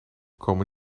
komen